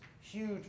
huge